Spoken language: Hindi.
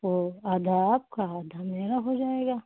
वो आधा आपका आधा मेरा हो जाएगा